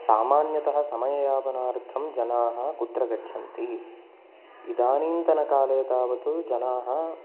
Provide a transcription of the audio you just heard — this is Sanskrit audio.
सामान्यतः समययापनार्थं जनाः कुत्र गच्छन्ति इदानीन्तनकाले तावत् जनाः